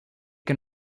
can